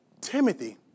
Timothy